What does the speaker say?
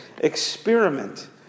Experiment